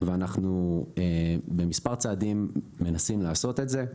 ואנחנו במספר צעדים מנסים לעשות את זה,